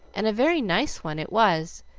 and a very nice one it was.